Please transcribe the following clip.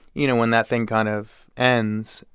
you know, when that thing kind of ends,